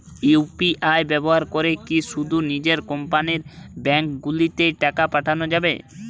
UPI ব্যবহার করে কি শুধু নিজের কোম্পানীর ব্যাংকগুলিতেই টাকা পাঠানো যাবে?